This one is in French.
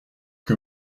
que